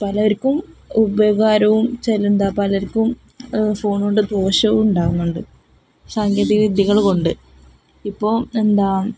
പലർക്കും ഉപകാരവും ചില എന്താണ് പലർക്കും ഫോണ് കൊണ്ടു ദോഷവും ഉണ്ടാകുന്നുണ്ട് സാങ്കേതിക വിദ്യകള് കൊണ്ട് ഇപ്പോള് എന്താണ്